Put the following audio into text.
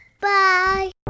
bye